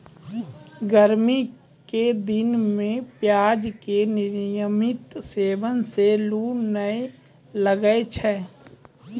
गर्मी के दिनों मॅ प्याज के नियमित सेवन सॅ लू नाय लागै छै